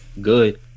Good